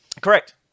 correct